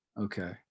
Okay